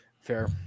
Fair